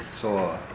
saw